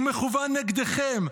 הוא מכוון נגדכם,